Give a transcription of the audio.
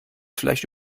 vielleicht